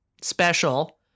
special